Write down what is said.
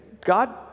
God